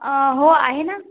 हो आहे ना